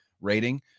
rating